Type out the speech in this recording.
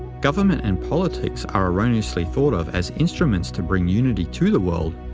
government and politics are erroneously thought of as instruments to bring unity to the world,